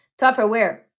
Tupperware